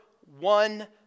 one